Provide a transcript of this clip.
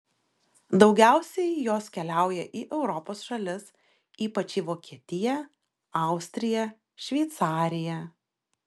daugiausiai jos keliauja į europos šalis ypač į vokietiją austriją šveicariją